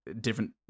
different